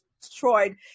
destroyed